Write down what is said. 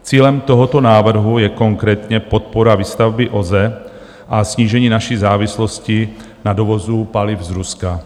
Cílem tohoto návrhu je konkrétně podpora výstavby OZE a snížení naší závislosti na dovozu paliv z Ruska.